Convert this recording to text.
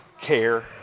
care